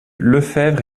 lefevre